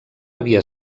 havia